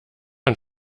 und